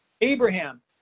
Abraham